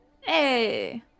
Hey